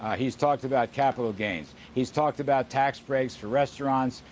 ah he's talked about capital gains. he's talked about tax breaks for restaurants,